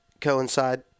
coincide